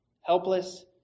Helpless